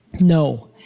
No